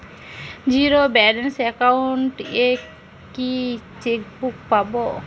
Zero balance account এ কি chequebook পাব?